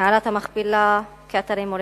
מערת המכפלה, כאתרי מורשת.